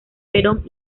perón